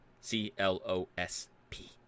C-L-O-S-P